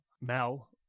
Mal